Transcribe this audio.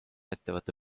ettevõtte